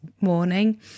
morning